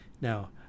Now